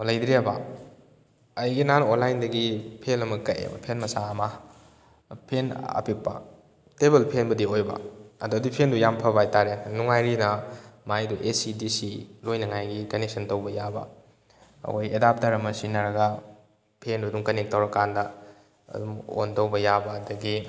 ꯑꯣ ꯂꯩꯗ꯭ꯔꯤꯑꯕ ꯑꯩꯒꯤ ꯅꯍꯥꯟ ꯑꯣꯟꯂꯥꯏꯟꯗꯒꯤ ꯐꯦꯟ ꯑꯃ ꯀꯛꯑꯦꯕ ꯐꯦꯟ ꯃꯆꯥ ꯑꯃ ꯐꯦꯟ ꯑꯄꯤꯛꯄ ꯇꯦꯕꯜ ꯐꯦꯟꯕꯨꯗꯤ ꯑꯣꯏꯕ ꯑꯗꯣ ꯑꯗꯨꯏ ꯐꯦꯟꯗꯣ ꯌꯥꯝ ꯐꯕ ꯍꯥꯏꯇꯥꯔꯦ ꯅꯨꯡꯉꯥꯏꯔꯤꯅ ꯃꯥꯏꯗꯨ ꯑꯦꯁꯤ ꯗꯤꯁꯤ ꯂꯣꯏꯅꯉꯥꯏꯒꯤ ꯀꯅꯦꯛꯁꯟ ꯇꯧꯕ ꯌꯥꯕ ꯑꯩꯈꯣꯏ ꯑꯦꯗꯥꯥꯞꯇꯔ ꯑꯃ ꯁꯤꯖꯟꯅꯔꯒ ꯐꯦꯟꯗꯣ ꯑꯗꯨꯝ ꯀꯅꯦꯛ ꯇꯧꯔ ꯀꯥꯟꯗ ꯑꯗꯨꯝ ꯑꯣꯟ ꯇꯧꯕ ꯌꯥꯕ ꯑꯗꯒꯤ